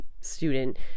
student